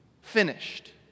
finished